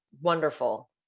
wonderful